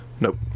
Nope